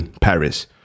Paris